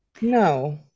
no